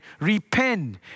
Repent